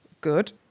Good